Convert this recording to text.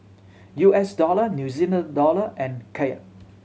U S Dollar New Zealand Dollar and Kyat